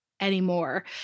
anymore